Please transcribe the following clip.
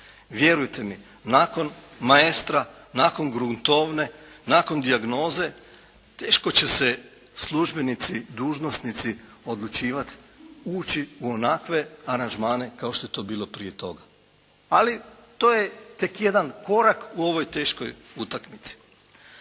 Vjerujte mi nakon «Maestra», nakon «Gruntovne», nakon «Dijagnoze» teško će se službenici, dužnosnici odlučivati ući u onakve aranžmane kao što je to bilo prije toga. Ali to je tek jedan korak u ovoj teškoj utakmici.